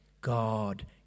God